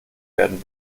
werden